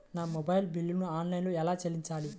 నా మొబైల్ బిల్లును ఆన్లైన్లో ఎలా చెల్లించాలి?